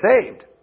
saved